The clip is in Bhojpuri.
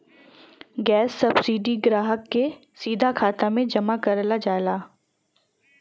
गैस सब्सिडी ग्राहक के सीधा खाते में जमा करल जाला